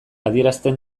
adierazten